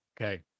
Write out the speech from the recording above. Okay